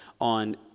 on